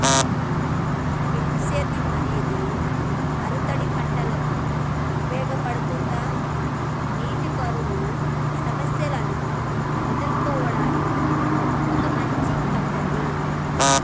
బిందు సేద్యం అనేది ఆరుతడి పంటలకు ఉపయోగపడుతుందా నీటి కరువు సమస్యను ఎదుర్కోవడానికి ఒక మంచి పద్ధతి?